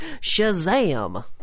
Shazam